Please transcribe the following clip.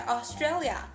Australia